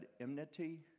enmity